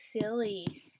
silly